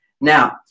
Now